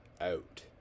out